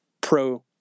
pro